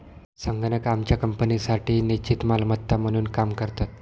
संगणक आमच्या कंपनीसाठी निश्चित मालमत्ता म्हणून काम करतात